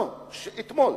לא, אתמול,